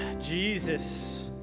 Jesus